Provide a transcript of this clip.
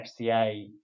FCA